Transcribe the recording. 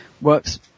works